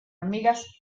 hormigas